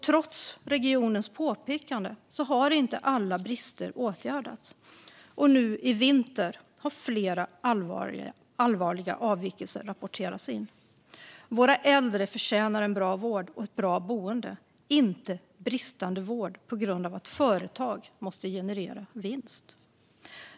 Trots regionens påpekanden har inte alla brister åtgärdats, och nu i vinter har flera allvarliga avvikelser rapporterats in. Våra äldre förtjänar en bra vård och ett bra boende, inte bristande vård på grund av att företag måste generera vinst.